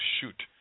shoot